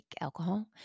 alcohol